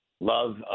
love